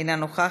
אינה נוכחת,